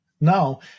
Now